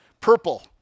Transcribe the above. Purple